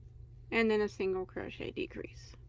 and then a single crochet decrease